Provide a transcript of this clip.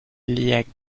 leigh